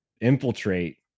infiltrate